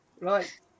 Right